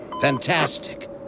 Fantastic